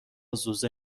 زوزه